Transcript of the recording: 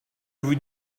vous